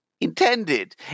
intended